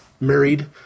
married